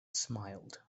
smiled